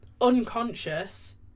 unconscious